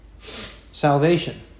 Salvation